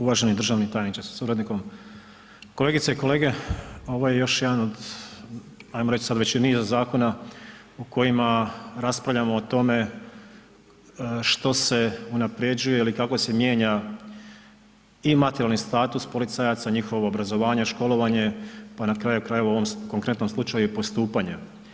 Uvaženi državni tajniče sa suradnikom, kolegice i kolege, ovo je još jedan od, ajmo reć sad već i niza zakona u kojima raspravljamo o tome što se unaprjeđuje ili kako se mijenja i materijalni status policajaca i njihovo obrazovanje, školovanje, pa na kraju krajeva u ovom konkretnom slučaju i postupanje.